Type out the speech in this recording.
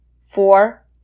Four